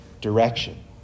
direction